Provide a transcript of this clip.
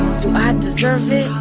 ah deserve it?